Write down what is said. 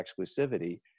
exclusivity